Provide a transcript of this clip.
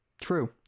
True